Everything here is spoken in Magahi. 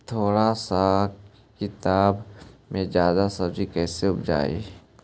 थोड़ा सा खेतबा में जादा सब्ज़ी कैसे उपजाई?